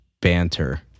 banter